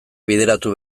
bideratu